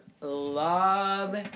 love